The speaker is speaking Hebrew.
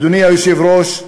אדוני היושב-ראש,